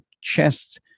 chests